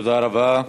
תודה רבה.